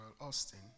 Austin